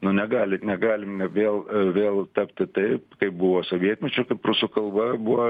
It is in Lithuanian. nu negali negalime vėl vėl tapti taip kaip buvo sovietmečiu kaip rusų kalba buvo